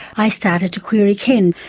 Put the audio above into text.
i started to query ken.